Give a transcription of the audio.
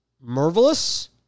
Marvelous